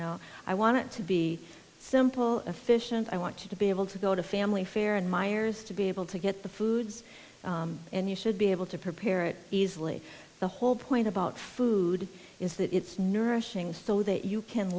know i want to be simple efficient i want to be able to go to family fare and meyer's to be able to get the foods and you should be able to prepare it easily the whole point about food is that it's nourishing so that you can